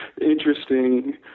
interesting